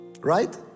Right